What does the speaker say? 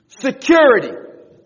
Security